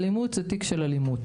אלימות זה תיק של אלימות.